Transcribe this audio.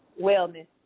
Wellness